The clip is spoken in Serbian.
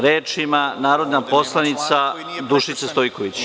Reč ima narodna poslanica Dušica Stojković.